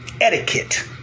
Etiquette